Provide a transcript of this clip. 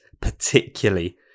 particularly